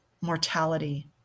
mortality